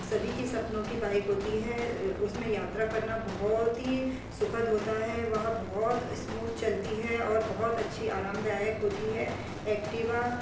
सभी के सपनों की बाइक होती है उसमें यात्रा करना बहुत ही सु खद होता है वह बहुत इस्मूद चलती है और बहुत अच्छी आरामदायक होती है ऐक्टिवा